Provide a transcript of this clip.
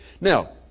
Now